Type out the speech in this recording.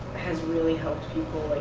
has really helped people?